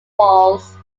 walls